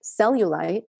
cellulite